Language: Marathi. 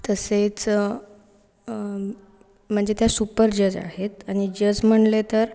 तसेच म्हणजे त्या सुपर जज आहेत आणि जज म्हणले तर